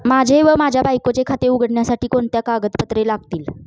माझे व माझ्या बायकोचे खाते उघडण्यासाठी कोणती कागदपत्रे लागतील?